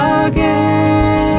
again